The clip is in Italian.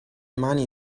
mani